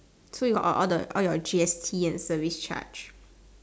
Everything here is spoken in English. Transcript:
so you got all the all your G_S_T and service charge